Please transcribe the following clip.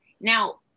now